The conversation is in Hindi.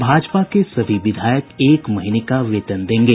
भाजपा के सभी विधायक एक महीने का वेतन देंगे